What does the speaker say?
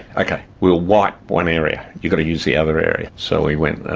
ok, we'll wipe one area, you've got to use the other area so we went,